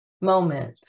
moment